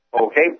Okay